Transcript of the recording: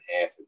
half